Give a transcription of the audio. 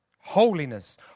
Holiness